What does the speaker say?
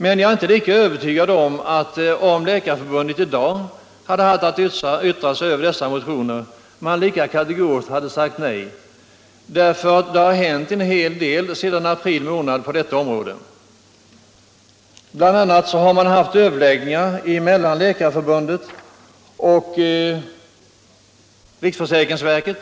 Men jag är inte lika övertygad om att Läkarförbundet, om det i dag hade haft att yttra sig över motionerna, lika kategoriskt skulle ha sagt nej, därför att det har hänt en hel del på detta område sedan april månad. Bl. a. har överläggningar ägt rum mellan Läkarförbundet och riksförsäkringsverket,